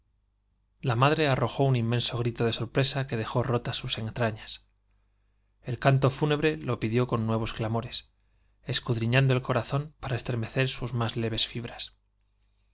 la madre arrojó un inmenso grito de rotas sus entrañas el canto fúnebre sorpresa que dejó lo clamores escudriñando el corazón pidió con nuevos estremecer sus más leves fibras